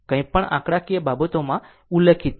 કંઈપણ આંકડાકીય બાબતોમાં ઉલ્લેખિત છે